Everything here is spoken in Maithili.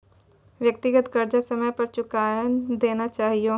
व्यक्तिगत कर्जा समय पर चुकाय देना चहियो